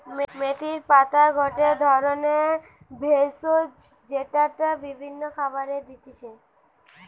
মেথির পাতা গটে ধরণের ভেষজ যেইটা বিভিন্ন খাবারে দিতেছি